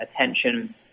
attention